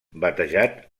batejat